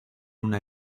una